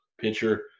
pitcher